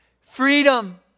Freedom